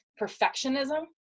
perfectionism